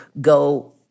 go